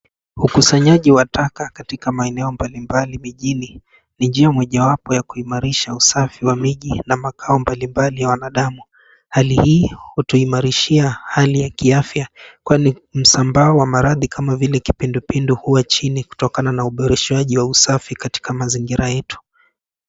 Ukusunyaji wa taka katika maeneo mbalimbali mijini ni njia mojawapo ya kuimarisha usafi wa miji na makao mbalimbali ya wanadamu, hali hii hutuimarishia hali ya kiafya kwani msambaa wa maradhi kama vile kipindupindu huwa chini kutokana na uboreshaji wa usafi katika mazingira yetu.